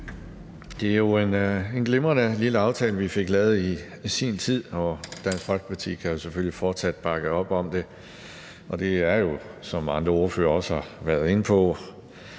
Det var jo en glimrende lille aftale, vi fik lavet i sin tid, og Dansk Folkeparti kan selvfølgelig fortsat bakke op om det. Og det er jo, hvad andre ordførere også har været inde på,